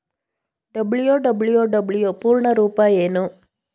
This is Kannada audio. ಡಬ್ಲ್ಯೂ.ಡಬ್ಲ್ಯೂ.ಡಬ್ಲ್ಯೂ ಪೂರ್ಣ ರೂಪ ಏನು?